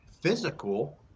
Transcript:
physical